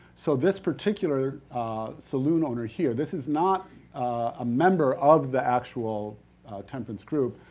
so, this particular saloon owner here, this is not a member of the actual temperance group,